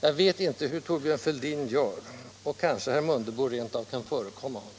Jag vet inte hur Thorbjörn Fälldin gör. Kanske herr Mundebo rent av kan förekomma honom.